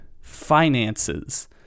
finances